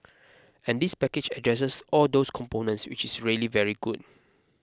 and this package addresses all those components which is really very good